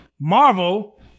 Marvel